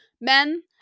Men